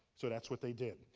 so that's what they did.